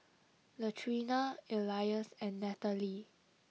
Latrina Elias and Nathaly